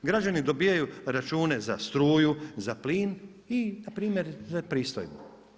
Građani dobivaju račune za struju, za plin i npr. za pristojbu.